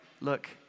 look